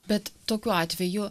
bet tokiu atveju